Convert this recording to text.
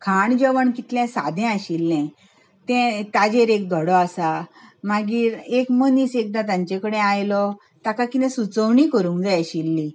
खाण जेवण कितलें सादें आशिल्लें ताजेर एक धडो आसा मागीर एक मनीस एकदां तांचे कडेन आयलो ताका कितें सुचोवणी करूंक जाय आशिल्ली